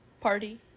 party